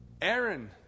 Aaron